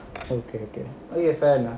okay okay okay fair enough